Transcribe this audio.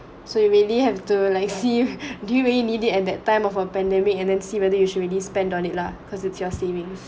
so really have to like see do you needed at that time of a pandemic and then see whether you should really spent on it lah because it's your savings